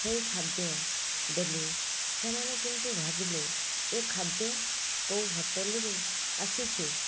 ସେହି ଖାଦ୍ୟ ଦେଲି ସେମାନେ କିନ୍ତୁ ଭାବିଲେ ଏ ଖାଦ୍ୟ କେଉଁ ହୋଟେଲ୍ରୁ ଆସିଛି